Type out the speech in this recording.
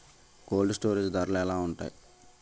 Cold storage ధరలు ఎలా ఉంటాయి?